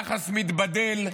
יחס מתבדל.